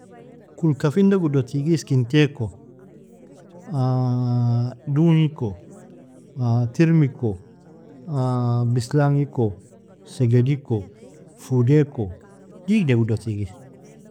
Kulka finda gudo tigie iskintai ko, duogn iko, tirm iko, bislangi iko, seged iko, foodai ko, digda gudo tigie.